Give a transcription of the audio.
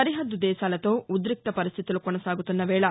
సరిహద్దు దేశాలతో ఉదిక్త పరిస్థితులు కొనసాగుతున్న వేళ